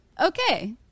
okay